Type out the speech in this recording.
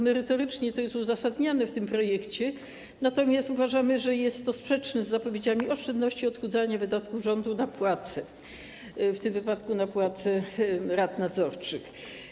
Merytorycznie to jest uzasadniane w tym projekcie, natomiast uważamy, że jest to sprzeczne z zapowiedziami oszczędności, odchudzania wydatków rządu na płace, w tym wypadku na płace członków rad nadzorczych.